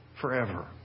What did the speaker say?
forever